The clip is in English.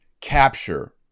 capture